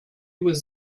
was